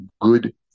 good